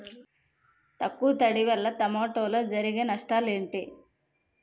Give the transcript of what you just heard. తక్కువ తడి వల్ల టమోటాలో జరిగే నష్టాలేంటి?